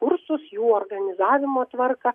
kursus jų organizavimo tvarka